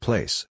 Place